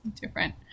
different